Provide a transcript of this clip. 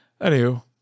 Anywho